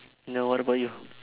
no what about you